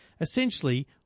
Essentially